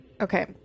Okay